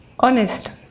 Honest